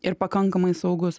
ir pakankamai saugus